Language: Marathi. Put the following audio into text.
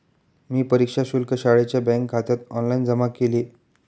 मी परीक्षा शुल्क शाळेच्या बँकखात्यात ऑनलाइन जमा केले